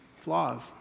flaws